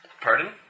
Pardon